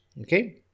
okay